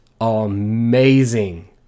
Amazing